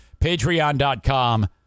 Patreon.com